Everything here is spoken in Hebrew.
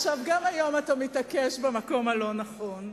גם היום אתה מתעקש במקום הלא-נכון.